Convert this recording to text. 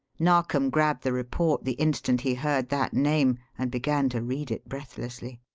narkom grabbed the report the instant he heard that name and began to read it breathlessly.